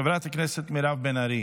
חברת הכנסת מירב בן ארי,